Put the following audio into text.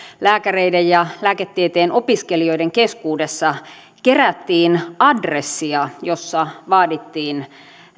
lääkäreiden ja lääketieteen opiskelijoiden keskuudessa kerättiin adressia jossa vaadittiin